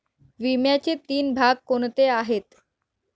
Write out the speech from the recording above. विम्याचे तीन भाग कोणते आहेत?